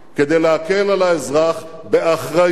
כדי להקל על האזרח באחריות.